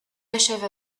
achève